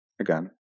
again